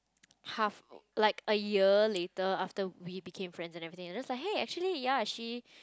half like a year later after we became friends and everything and just like hey actually ya she